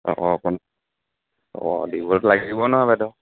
অঁ অঁ আপুনি অঁ দিবতো লাগিবই নহয় বাইদেউ